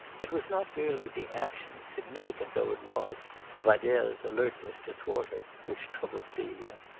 it was not merely the action, significant though it was of adele's alertness to thwart her, which troubled celia.